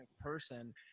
person